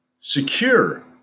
Secure